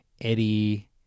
Eddie